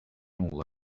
all